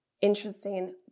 Interesting